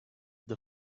the